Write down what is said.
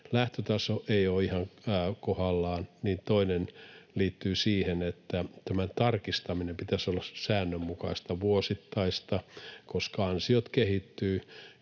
lähtötaso ei ole ihan kohdallaan, niin tämän tarkistamisen pitäisi olla säännönmukaista, vuosittaista, koska ansiot kehittyvät.